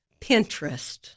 Pinterest